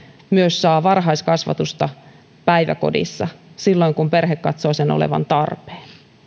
saa varhaiskasvatusta myös päiväkodissa silloin kun perhe katsoo sen olevan tarpeen